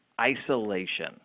isolation